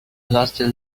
lasted